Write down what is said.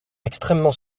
extrêmement